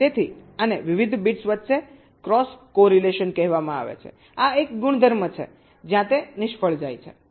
તેથી આને વિવિધ બિટ્સ વચ્ચે ક્રોસ કોરેલેશન કહેવામાં આવે છે આ એક ગુણધર્મ છે જ્યાં તે નિષ્ફળ જાય છે